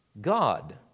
God